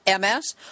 MS